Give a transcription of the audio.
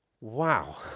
Wow